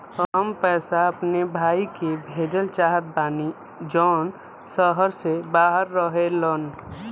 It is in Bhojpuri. हम पैसा अपने भाई के भेजल चाहत बानी जौन शहर से बाहर रहेलन